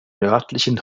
nördlichen